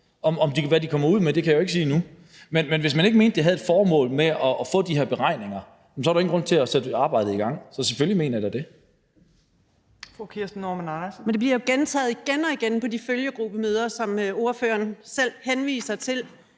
Hvad de kommer ud med, kan jeg jo ikke sige noget om endnu. Men hvis man ikke mente, at der var et formål med at få de her beregninger, så var der jo ingen grund til at sætte arbejdet i gang – så selvfølgelig mener jeg da det.